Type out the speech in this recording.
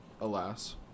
alas